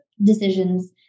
Decisions